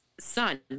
son